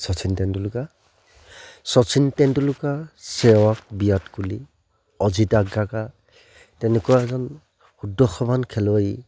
শচীন তেণ্ডুলকাৰ শচীন তেণ্ডুলকাৰ শেহৱাগ বিৰাট কোহলী অজিত আগ্ৰাকাৰ তেনেকুৱা এজন সুদৰ্শৱান খেলুৱৈ